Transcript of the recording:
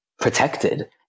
protected